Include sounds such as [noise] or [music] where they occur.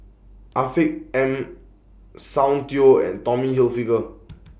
Afiq M Soundteoh and Tommy Hilfiger [noise]